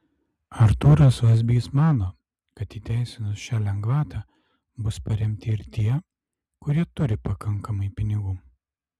artūras vazbys mano kad įteisinus šią lengvatą bus paremti ir tie kurie turi pakankamai pinigų